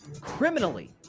criminally